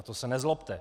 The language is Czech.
To se nezlobte.